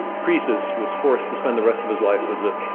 croesus, was forced to spend the rest of his life as a,